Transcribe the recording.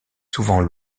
souvent